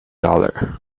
other